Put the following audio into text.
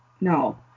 no